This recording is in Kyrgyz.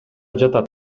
жатат